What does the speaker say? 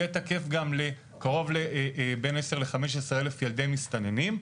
יהיה תקף גם לקרוב לבין 15-10 אלף ילדי מסתננים,